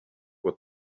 what